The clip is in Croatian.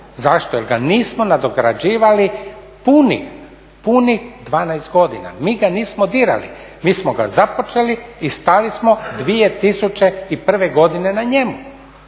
zašto, jer ga nismo nadograđivali punih 12 godina. Mi ga nismo dirali, mi smo ga započeli i stali smo 2001. godine na njemu